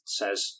says